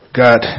got